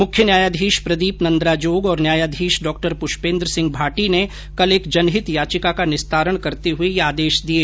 मुख्य न्यायाधीश प्रदीप नंद्राजोग और न्यायाधीश डॉ पुष्पेंद्रसिंह भाटी ने कल एक जनहित याचिका का निस्तारण करते हुए दिए